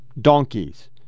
Donkeys